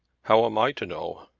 how am i to know?